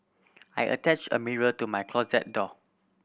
I attached a mirror to my closet door